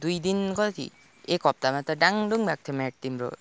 दुई दिन कति एक हप्तामा त डाङ्डुङ भएको थियो म्याट तिम्रो